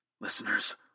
Listeners